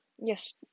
yes